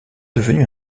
devenue